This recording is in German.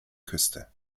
küste